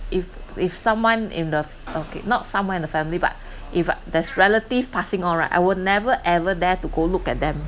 if if someone in the f~ okay not someone in the family but if there's relative passing on right I would never ever dare to go look at them